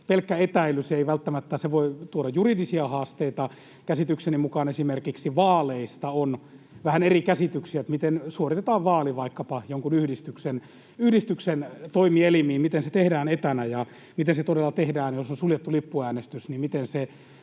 pelkkä etäily voi tuoda juridisia haasteita. Käsitykseni mukaan esimerkiksi vaaleista on vähän eri käsityksiä, miten suoritetaan vaali vaikkapa jonkun yhdistyksen toimielimiin, miten se tehdään etänä ja miten, jos on suljettu lippuvaali, se